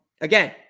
Again